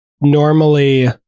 normally